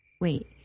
Wait